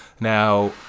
now